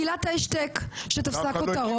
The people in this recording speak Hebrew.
עילת ההשתק שתפסה כותרות.